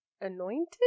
Anointed